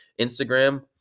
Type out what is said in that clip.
Instagram